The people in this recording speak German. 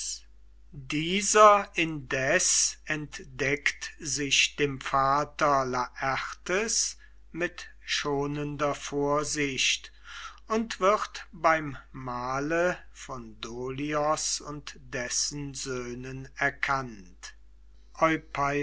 dieser indes entdeckt sich dem vater laertes mit schonender vorsicht und wird beim mahle von dolios und dessen söhnen erkannt